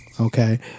okay